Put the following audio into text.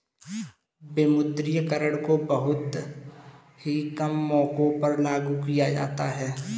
विमुद्रीकरण को बहुत ही कम मौकों पर लागू किया जाता है